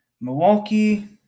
Milwaukee